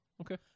Okay